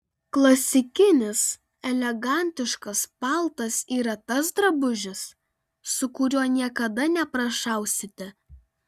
klasikinis elegantiškas paltas yra tas drabužis su kuriuo niekada neprašausite